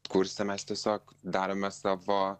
kurse mes tiesiog darome savo